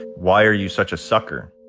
why are you such a sucker?